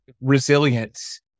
resilience